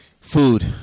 food